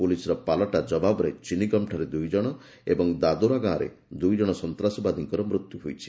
ପୁଲିସ୍ର ପଲଟା ଜବାବରେ ଚିନିଗମ୍ଠାରେ ଦୁଇଜଣ ଓ ଦାଦୋରାଗାଁରେ ଦୁଇଜଣ ସନ୍ତାସବାଦୀଙ୍କର ମୃତ୍ୟୁ ହୋଇଛି